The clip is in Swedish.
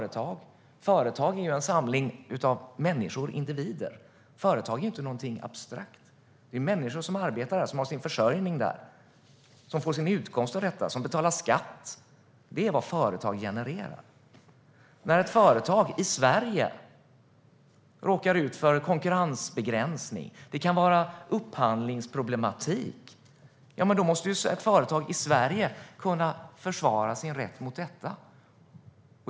Ett företag är en samling av individer och inte något abstrakt. Människor arbetar där och har sin försörjning där. De får sin utkomst av detta, och de betalar skatt. Det är vad företag genererar. När ett företag i Sverige råkar ut för konkurrensbegränsning, till exempel upphandlingsproblematik, måste företaget kunna försvara sin rätt.